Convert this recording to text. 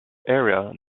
era